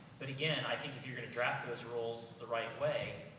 but again, i think, if you're gonna draft those rules the right way,